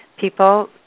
people